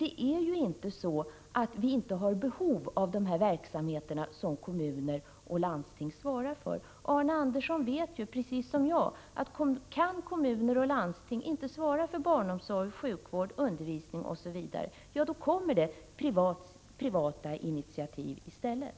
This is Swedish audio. Det är ju inte så, att vi inte har behov av de verksamheter som kommuner och landsting svarar för. Arne Andersson vet precis som jag, att om kommuner och landsting inte kan svara för barnomsorg, sjukvård, undervisning osv., kommer det privata initiativ i stället.